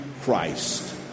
Christ